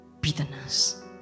bitterness